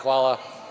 Hvala.